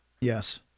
Yes